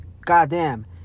Goddamn